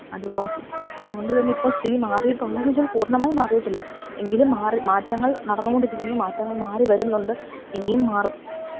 അതുകൊണ്ടുതന്നെ ഇപ്പോള് സ്ഥിതി മാറിയിട്ടുണ്ടോ എന്നു ചോദിച്ചാല് പൂർണമായി മാറിയിട്ടില്ല എങ്കിലും മാറി മാറ്റങ്ങൾ നടന്നുകൊണ്ടിരിക്കുന്നു മാറ്റങ്ങൾ മാറി വരുന്നുണ്ട് ഇനിയും മാറും